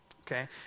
okay